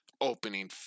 opening